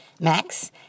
Max